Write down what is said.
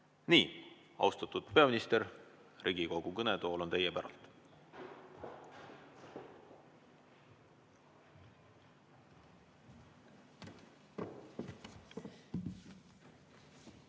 võta. Austatud peaminister, Riigikogu kõnetool on teie päralt.